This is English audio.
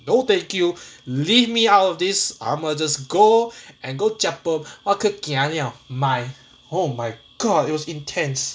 no thank you leave me out of this imma just go and go oh my god it was intense